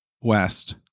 West